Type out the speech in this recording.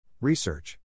Research